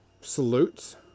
salutes